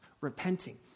repenting